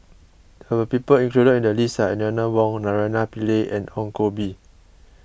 the people included in the list are Eleanor Wong Naraina Pillai and Ong Koh Bee